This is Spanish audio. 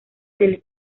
del